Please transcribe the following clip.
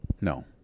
No